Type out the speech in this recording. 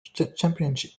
championship